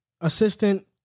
Assistant